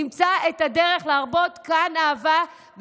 נמצא את הדרך להרבות כאן אהבה,